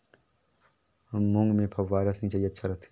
मूंग मे फव्वारा सिंचाई अच्छा रथे?